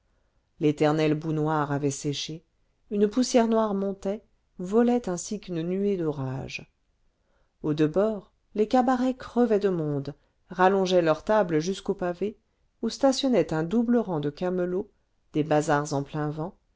l'éternelle boue noire avait séché une poussière noire montait volait ainsi qu'une nuée d'orage aux deux bords les cabarets crevaient de monde rallongeaient leurs tables jusqu'au pavé où stationnait un double rang de camelots des bazars en plein vent